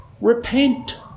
Repent